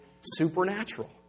supernatural